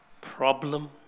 problem